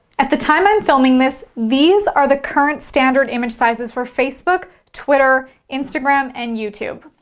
at the time i'm filming this, these are the current standard image sizes for facebook, twitter, instagram, and youtube,